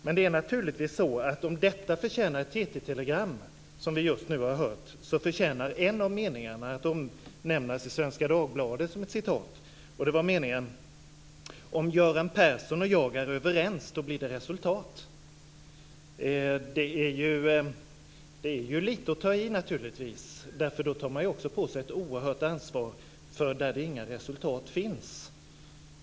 Men om detta förtjänar ett TT-telegram, som vi just nu har hört, så förtjänar en av meningarna att omnämnas i Svenska Dagbladet som ett citat. Det var meningen: "Om Göran Persson och jag är överens, då blir det resultat". Det är lite att ta i, naturligtvis, eftersom man då också tar på sig ett oerhört ansvar för områden där inga resultat finns.